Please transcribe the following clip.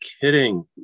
kidding